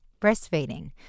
Breastfeeding